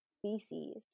species